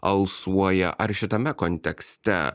alsuoja ar šitame kontekste